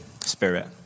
Spirit